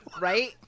right